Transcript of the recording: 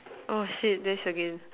oh shit this again